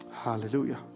hallelujah